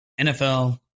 NFL